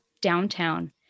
Downtown